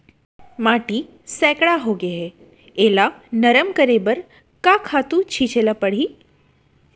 माटी सैकड़ा होगे है एला नरम करे बर का खातू छिंचे ल परहि?